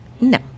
No